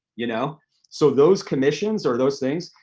you know so those commissions or those things,